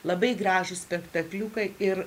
labai gražų spektakliuką ir